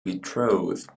betrothed